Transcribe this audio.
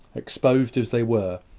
exposed as they were,